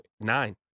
nine